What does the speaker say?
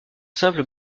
simple